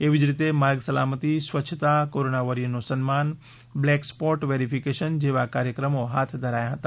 એવી જ રીતે માર્ગ સલામતી સ્વચ્છતા કોરોના વોરીયરનું સન્માન બ્લેક સ્પોટ વેરીફીકેશન જેવા કાર્યક્રમો હાથ ધરાયા હતા